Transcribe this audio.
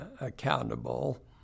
accountable